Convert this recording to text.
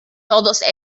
todos